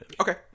Okay